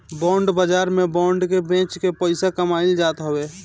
bond बाजार में bond के बेच के पईसा कमाईल जात हवे